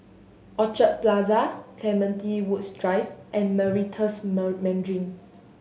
Orchard Plaza Clementi Woods Drive and Meritus Mandarin